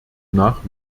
nach